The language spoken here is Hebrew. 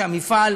שהמפעל,